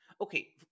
okay